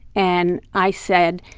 and i said,